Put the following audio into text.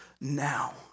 now